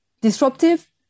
disruptive